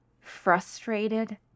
frustrated